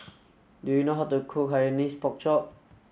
do you know how to cook Hainanese Pork Chop